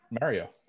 Mario